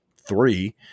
three